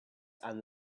and